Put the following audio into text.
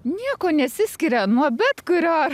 niekuo nesiskiria nuo bet kurio